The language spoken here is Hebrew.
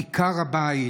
עיקר הבית.